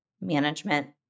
management